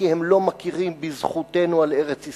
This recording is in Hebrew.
כי הם לא מכירים בזכותנו על ארץ-ישראל,